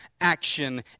action